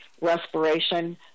respiration